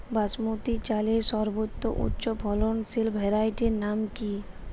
বাসমতী চালের সর্বোত্তম উচ্চ ফলনশীল ভ্যারাইটির নাম কি?